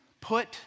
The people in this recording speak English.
put